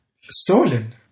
Stolen